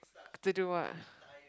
to do what